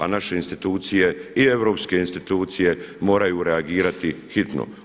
A naše institucije i europske institucije moraju reagirati hitno.